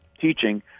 teaching